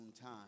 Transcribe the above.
time